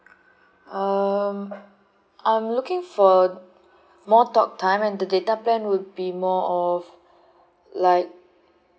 um I'm looking for more talk time and the data plan will be more of like